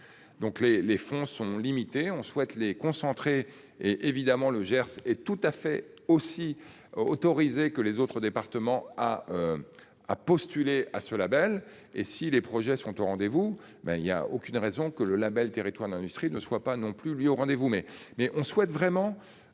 les, les fonds sont limitées, on souhaite les concentré et évidemment le Gers et tout à fait aussi. Autorisés que les autres départements a. À postuler à ce Label. Et si les projets sont au rendez-vous. Mais il y a aucune raison que le Label territoires d'industrie ne soit pas non plus lui au rendez-vous